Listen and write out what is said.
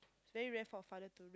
very rare for a father to